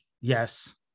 Yes